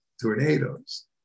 tornadoes